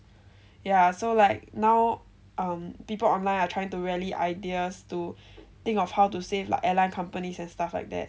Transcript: ya so like now um people online are trying to rally ideas to think of how to save like airline companies and stuff like that